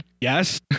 yes